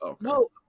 No